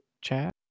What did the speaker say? chat